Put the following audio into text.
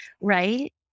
right